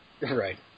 Right